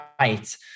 right